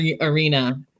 arena